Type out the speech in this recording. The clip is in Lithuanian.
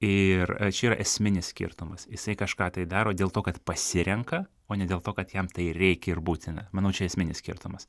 ir čia yra esminis skirtumas jisai kažką tai daro dėl to kad pasirenka o ne dėl to kad jam tai reikia ir būtina manau čia esminis skirtumas